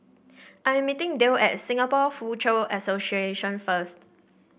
I am meeting Dale at Singapore Foochow Association first